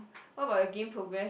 what about your game progress